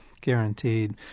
Guaranteed